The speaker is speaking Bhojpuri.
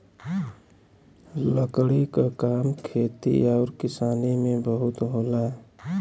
लकड़ी क काम खेती आउर किसानी में बहुत होला